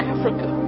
Africa